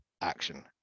action